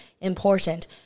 important